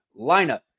lineup